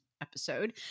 episode